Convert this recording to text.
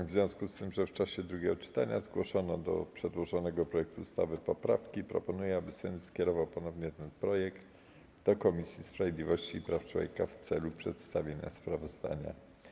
W związku z tym, że w czasie drugiego czytania zgłoszono do przedłożonego projektu ustawy poprawki, proponuję, aby Sejm skierował ponownie ten projekt do Komisji Sprawiedliwości i Praw Człowieka w celu przedstawienia sprawozdania.